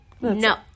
no